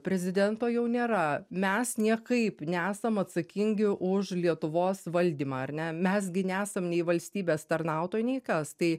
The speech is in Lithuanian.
prezidento jau nėra mes niekaip nesam atsakingi už lietuvos valdymą ar ne mes gi nesam nei valstybės tarnautojai nei kas tai